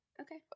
Okay